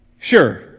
sure